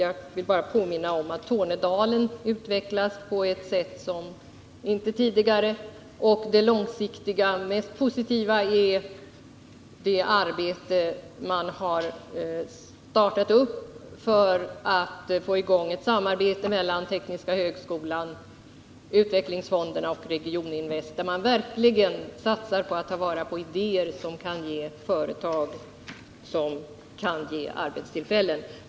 Jag vill påminna om att Tornedalen har utvecklats på ett sätt som aldrig tidigare och att det Om igångsättning långsiktigt mest positiva är det arbete man har startat för att få i gång ett — av vissa vägförbättsamarbete mellan Tekniska högskolan, utvecklingsfonderna och Regioninringsbyggen i vest, varvid man satsar på att ta vara på idéer som kan leda till företag som kan — Värmlands län ge nya arbetstillfällen.